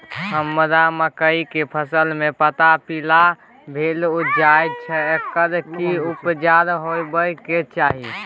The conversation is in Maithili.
हमरा मकई के फसल में पता पीला भेल जाय छै एकर की उपचार होबय के चाही?